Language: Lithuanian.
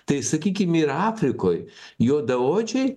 tai sakykim ir afrikoj juodaodžiai